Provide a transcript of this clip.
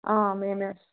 మేమే